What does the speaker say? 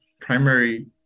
primary